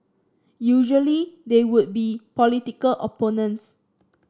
usually they would be political opponents